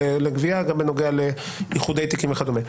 גם בנוגע לגבייה וגם בנוגע לאיחוד תיקים וכדומה.